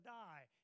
die